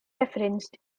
referenced